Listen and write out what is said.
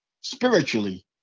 spiritually